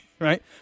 right